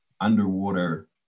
underwater